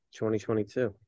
2022